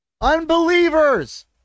unbelievers